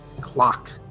clock